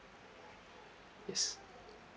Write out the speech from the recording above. yes